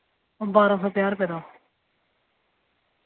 ओ बारां सौ पञां रपे दा